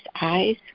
eyes